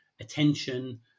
attention